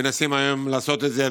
מנסים היום לעשות את זה,